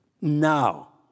Now